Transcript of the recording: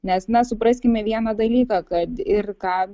nes mes supraskime vieną dalyką kad ir ką